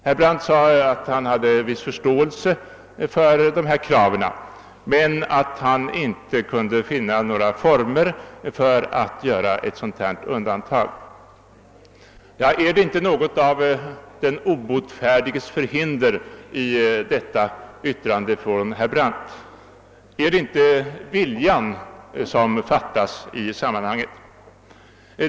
Herr Brandt sade att han har viss förståelse för våra krav men att han inte kunde finna några former för sådana undantag. Andas inte herr Brandts yttrande något av den obotfärdiges förhinder? Är det inte viljan som fattas i detta sammanhang?